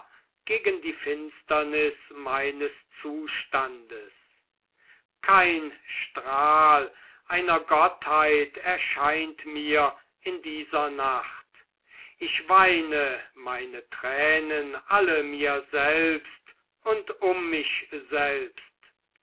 gegen die finsternis meines zustandes kein strahl einer gottheit erscheint mir in dieser nacht ich weine meine tränen alle mir selbst und um mich selbst